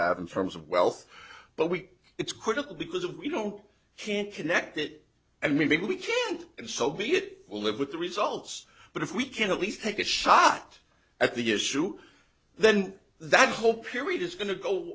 have in terms of wealth but we it's critical because we don't can't connect it and maybe we can't and so be it live with the results but if we can at least take a shot at the issue then that whole period is going to go